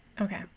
okay